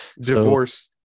Divorce